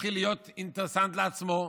להתחיל להיות אינטרסנט לעצמו?